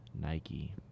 Nike